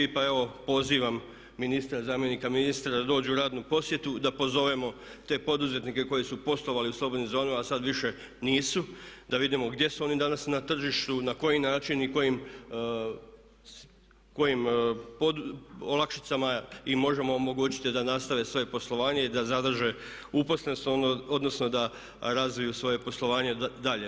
Pa evo pozivam ministra, zamjenika ministra da dođu u radnu posjetu da pozovemo te poduzetnike koji su poslovali u slobodnim zonama a sada više nisu da vidimo gdje su oni danas na tržištu na koji način i kojim olakšicama im možemo omogućiti da nastave svoje poslovanje i da zadrže uposlenost, odnosno da razviju svoje poslovanje dalje.